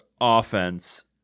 offense